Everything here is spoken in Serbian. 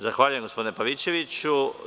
Zahvaljujem, gospodine Pavićeviću.